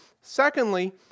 Secondly